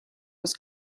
was